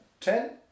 ten